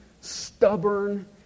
stubborn